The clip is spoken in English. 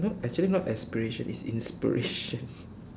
not actually not aspiration is inspiration